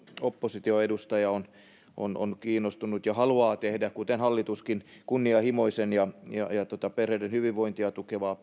opposition edustaja on on kiinnostunut ja haluaa tehdä kuten hallituskin kunnianhimoisen ja perheiden hyvinvointia tukevan